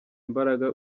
imbaraga